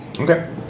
Okay